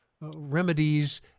remedies